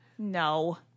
no